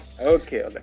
Okay